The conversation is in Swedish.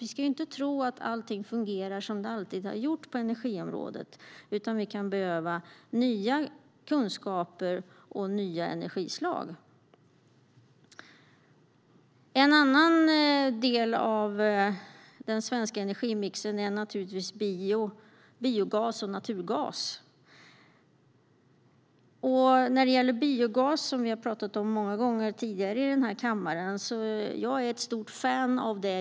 Vi ska inte tro att allting fungerar som det alltid har gjort på energiområdet. Vi kan behöva nya kunskaper och nya energislag. En annan del av den svenska energimixen är biogas och naturgas. Biogas, som vi har talat om många gånger tidigare här i kammaren, är jag ett stort fan av.